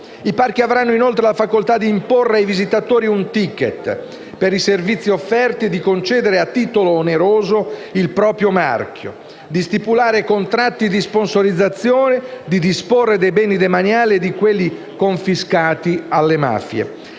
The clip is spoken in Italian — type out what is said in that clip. I parchi avranno inoltre la facoltà di imporre ai visitatori un ticket per i servizi offerti e di concedere a titolo oneroso il proprio marchio, di stipulare contratti di sponsorizzazione, di disporre dei beni demaniali e di quelli confiscati alle mafie.